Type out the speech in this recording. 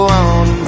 on